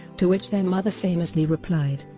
to which their mother famously replied,